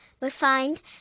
refined